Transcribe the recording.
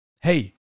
hey